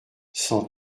sans